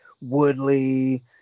Woodley